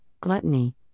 gluttony